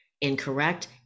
incorrect